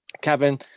Kevin